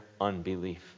unbelief